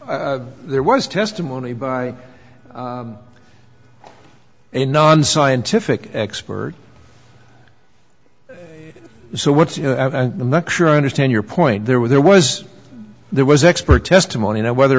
or there was testimony by a nonscientific expert so what's you know i'm not sure i understand your point there were there was there was expert testimony no whether